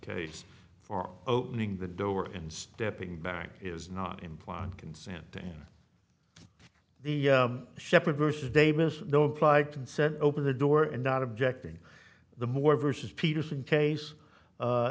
case for opening the door and stepping back is not implied consent to the shepherd versus davis though applied to and said open the door and not objecting the more versus peterson case